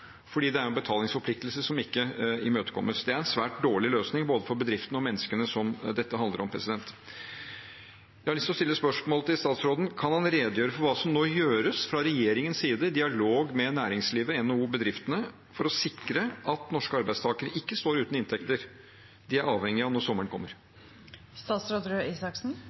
fordi det er en betalingsforpliktelse som ikke imøtekommes. Det er en svært dårlig løsning for både bedriftene og menneskene dette handler om. Jeg har lyst til å stille spørsmål til statsråden: Kan han redegjøre for hva som nå gjøres fra regjeringens side, i dialog med næringslivet, NHO og bedriftene, for å sikre at norske arbeidstakere ikke står uten inntekter de er avhengig av når sommeren